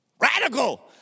Radical